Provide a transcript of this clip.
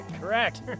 Correct